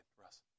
Russ